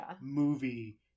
movie